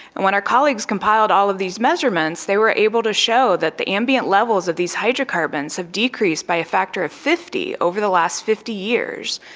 and when our colleagues compiled all of these measurements, they were able to show that the ambient levels of these hydrocarbons have decreased by a factor of fifty over the last fifty years,